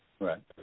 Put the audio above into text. right